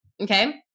Okay